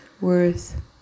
worth